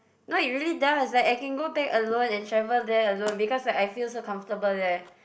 no it really does like I can go there alone and travel there alone because like I feel so comfortable there